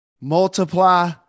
multiply